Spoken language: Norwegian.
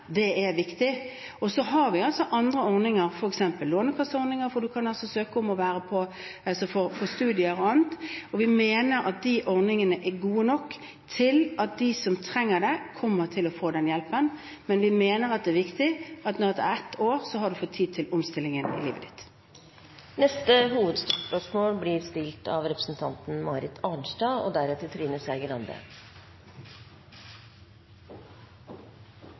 viktig. Og vi har altså andre ordninger, f.eks. lånekasseordninger hvor man kan søke om å delta i studier og annet. Vi mener at de ordningene er gode nok til at de som trenger det, kommer til å få hjelp. Men vi mener at dette er viktig, at man etter ett år har fått tid til å omstille livet sitt. Vi går videre til neste hovedspørsmål. Gode betingelser for næringslivet er viktig. Et av